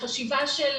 לחשיבה של